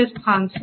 किस स्थान से